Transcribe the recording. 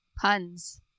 Puns